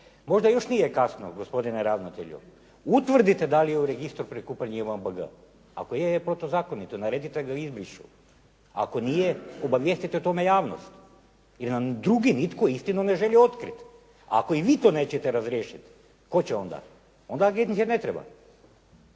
Možda još nije kasno gospodine ravnatelju, utvrdite dali je u registru prikupljen i JMBG. Ako je onda je protuzakonito, naredite da ga izbrišu. Ako nije, obavijestite o tome javnost. Jer nam drugi nitko ne želi otkriti. Ako i vi to nećete razriješiti, tko će onda? Onda agencija i ne treba.